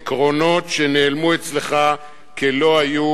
עקרונות שנעלמו אצלך כלא היו,